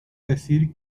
decir